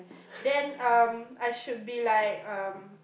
then um I should be like um